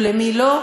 ולמי לא,